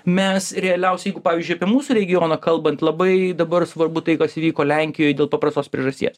mes realiausiai jeigu pavyzdžiui apie mūsų regioną kalbant labai dabar svarbu tai kas įvyko lenkijoj dėl paprastos priežasties